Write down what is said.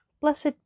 Blessed